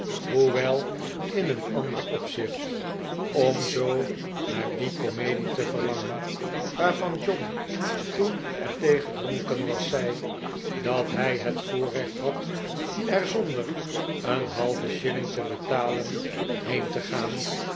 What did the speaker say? hoewel in een ander opzicht om zoo naar die komedie te verlangen waarvan john toen er thee gedronken was zei dat hij het voorrecht had er zonder een halven shilling te betalen heen te gaan